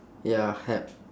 ya help